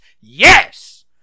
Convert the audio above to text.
Yes